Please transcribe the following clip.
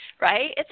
right